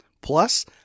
Plus